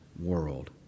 world